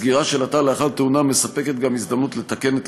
סגירה של אתר לאחר תאונה מספקת גם הזדמנות לתקן את